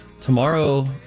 Tomorrow